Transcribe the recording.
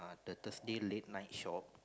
the Thursday late night shop